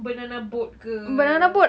banana boat ke